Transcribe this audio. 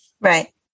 Right